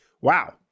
wow